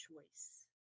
choice